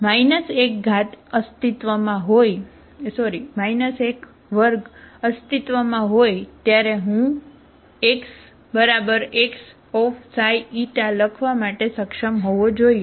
જ્યારે F 1 અસ્તિત્વમાં હોય ત્યારે હું x x x લખવા માટે સક્ષમ હોવો જોઈએ